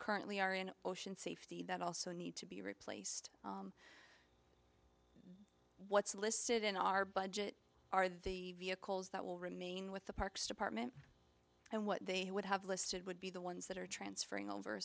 currently are in ocean safety that also need to be replaced what's listed in our budget are the vehicles that will remain with the parks department and what they would have listed would be the ones that are transferring over